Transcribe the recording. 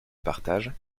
partage